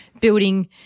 building